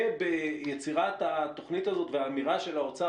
ביצירת התוכנית הזאת והאמירה של האוצר